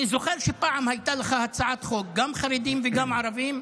אני זוכר שפעם הייתה לך הצעת חוק: גם חרדים וגם ערבים,